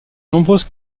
nombreuses